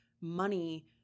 money